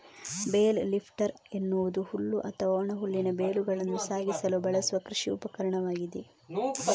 bale lifter ಎನ್ನುವುದು ಹುಲ್ಲು ಅಥವಾ ಒಣ ಹುಲ್ಲಿನ ಬೇಲುಗಳನ್ನು ಸಾಗಿಸಲು ಬಳಸುವ ಕೃಷಿ ಉಪಕರಣವಾಗಿದೆ